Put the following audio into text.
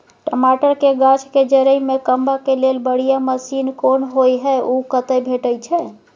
टमाटर के गाछ के जईर में कमबा के लेल बढ़िया मसीन कोन होय है उ कतय भेटय छै?